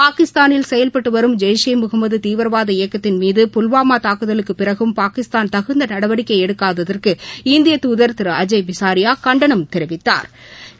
பாகிஸ்தானில் செயல்பட்டுவரும் ஜெய்ஷ் இ முகமது தீவிரவாத இயக்கத்தின் மீது புல்வாமா தாக்குதலுக்கு பிறகும் பாகிஸ்தான் தகுந்த நடவடிக்கை எடுக்காததற்கு இந்தியததுதர் அஜய் பிசாரியா கண்டனம் தெரிவித்தாா்